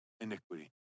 iniquity